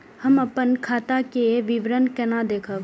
हम अपन खाता के विवरण केना देखब?